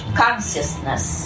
consciousness